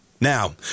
Now